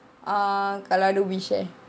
err kalau ada wish eh